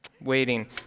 waiting